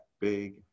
big